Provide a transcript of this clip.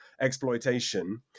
exploitation